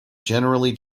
generally